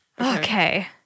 Okay